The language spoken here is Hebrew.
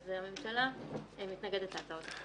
אז הממשלה מתנגדת להצעות החוק.